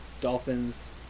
Dolphins